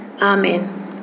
Amen